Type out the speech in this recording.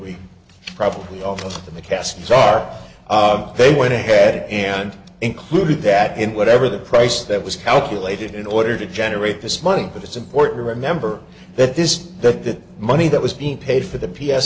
we probably open the caskets are they went ahead and included that in whatever the price that was calculated in order to generate this money but it's important to remember that this that that money that was being paid for the p